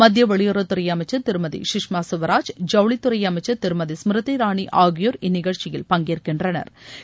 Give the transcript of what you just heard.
மத்திய வெளியுறவுத்துறை அமைச்சள் திருமதி குஷ்மா குவராஜ் ஜவுளித்துறை அமைச்சள் திருமதி ஸ்மிருதி இராணி ஆகியோா் இந்நிகழ்ச்சியில் பங்கேற்கின்றனா்